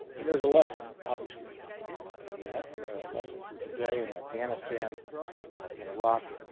and there's a lesson obviously in that lesson for today in afghanistan in iraq